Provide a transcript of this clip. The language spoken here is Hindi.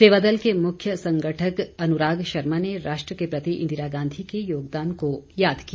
सेवादल के मुख्य संगठक अनुराग शर्मा ने राष्ट्र के प्रति इंदिरा गांधी के योगदान को याद किया